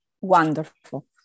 Wonderful